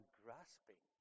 grasping